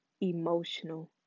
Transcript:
emotional